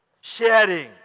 Sharing